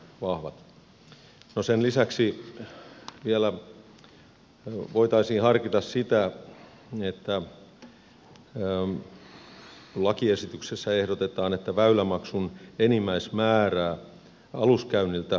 no sen lisäksi vielä voitaisiin harkita sitä kun lakiesityksessä ehdotetaan että väylämaksun enimmäismäärää aluskäynniltä puolitetaan